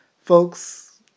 folks